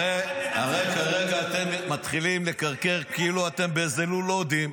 הרי כרגע אתם מתחילים לקרקר כאילו אתם באיזה לול הודים,